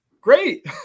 great